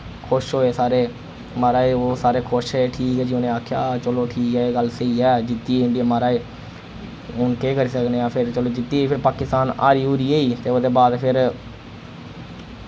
खुश होए सारे माराज ओ सारे खुश हे ठीक ऐ जी उ'नै आखेआ चलो ठीक ऐ एह् गल्ल स्हेई ऐ जित्ती यी इंडिया माराज हुन केह् करी सकने अस एह् ते चलो जित्ती यी फिर पाकिस्तान हारी हुरी गेई ते ओह्दे बाद फिर